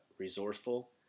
resourceful